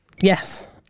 Yes